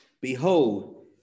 Behold